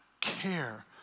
care